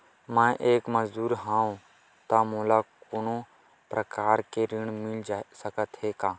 मैं एक मजदूर हंव त मोला कोनो प्रकार के ऋण मिल सकत हे का?